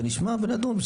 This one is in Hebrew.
ונשמע ונדון.